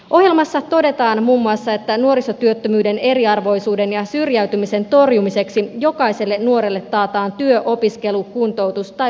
ohjelmassa todetaan muun muassa että nuorisotyöttömyyden eriarvoisuuden ja syrjäytymisen torjumiseksi jokaiselle nuorelle taataan työ opiskelu kuntoutus tai harjoittelupaikka